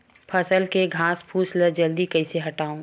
फसल के घासफुस ल जल्दी कइसे हटाव?